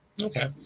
Okay